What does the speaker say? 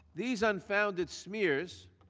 these unfounded smears